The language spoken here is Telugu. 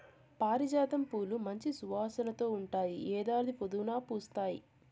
పారిజాతం పూలు మంచి సువాసనతో ఉంటాయి, ఏడాది పొడవునా పూస్తాయి